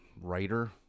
writer